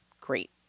great